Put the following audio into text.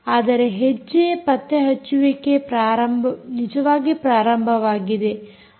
ಆದರೆ ಹೆಜ್ಜೆಯ ಪತ್ತೆಹಚ್ಚುವಿಕೆ ನಿಜವಾಗಿ ಪ್ರಾರಂಭವಾಗಿದೆ